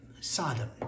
Sodom